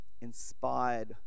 inspired